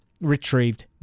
retrieved